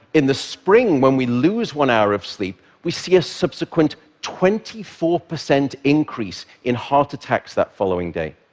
in the spring, when we lose one hour of sleep, we see a subsequent twenty four percent increase in heart attacks that following day.